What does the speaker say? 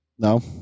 No